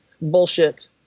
Bullshit